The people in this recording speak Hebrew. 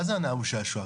מה זה הנאה ושעשוע?